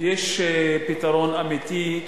יש פתרון אמיתי,